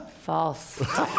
False